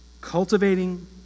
Cultivating